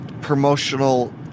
promotional